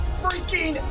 freaking